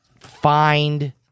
find